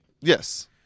yes